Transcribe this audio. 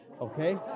okay